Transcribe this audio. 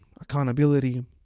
accountability